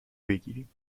بگیریم